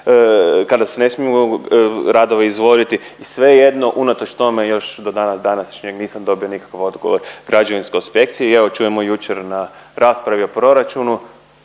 kada se ne smiju radovi izvoditi i svejedno unatoč tome još do dana današnjeg nisam dobio nikakav odgovor građevinsko inspekciji i evo čujemo jučer na raspravi o proračunu,